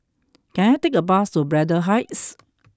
can I take a bus to Braddell Heights